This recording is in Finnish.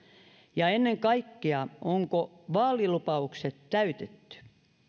ja ennen kaikkea onko vaalilupaukset täytetty